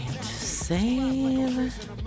Save